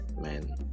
man